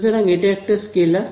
সুতরাং এটা একটা স্কেলার